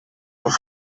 doch